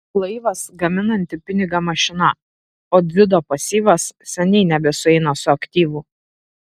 laivas gaminanti pinigą mašina o dzido pasyvas seniai nebesueina su aktyvu